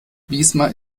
wismar